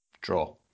Draw